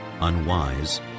unwise